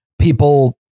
people